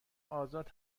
آزاد